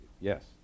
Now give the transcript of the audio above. Yes